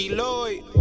Lloyd